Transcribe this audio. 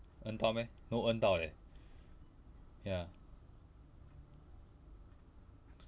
earn 到 meh no 到 leh ya